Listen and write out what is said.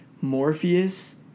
Morpheus